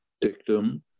dictum